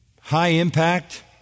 high-impact